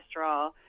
cholesterol